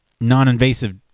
non-invasive